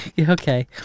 Okay